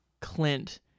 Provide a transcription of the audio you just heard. Clint